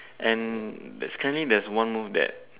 and there's currently there's one move that